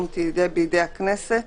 סעיף 1 בטל.